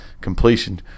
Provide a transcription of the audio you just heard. completion